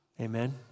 Amen